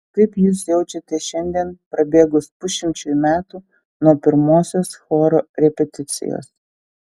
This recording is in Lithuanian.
kaip jūs jaučiatės šiandien prabėgus pusšimčiui metų nuo pirmosios choro repeticijos